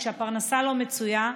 כשהפרנסה לא מצויה,